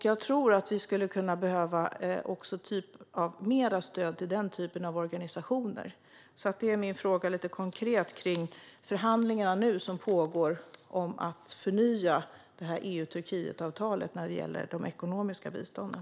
Jag tror att vi behöver ge mer stöd även till den typen av organisationer. Det är min konkreta fråga om de förhandlingar som nu pågår om att förnya det här EU-Turkiet-avtalet när det gäller de ekonomiska bistånden.